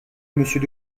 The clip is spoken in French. monsieur